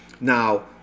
Now